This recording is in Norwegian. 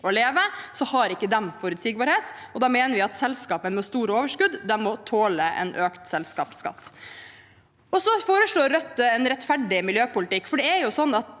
å leve, har de ikke forutsigbarhet. Da mener vi at selskaper med store overskudd må tåle en økt selskapsskatt. Rødt foreslår også en rettferdig miljøpolitikk,